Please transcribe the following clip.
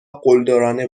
قلدرانه